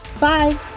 Bye